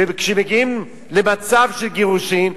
וכשהם מגיעים למצב של גירושין,